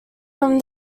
from